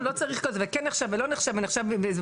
אני אומרת,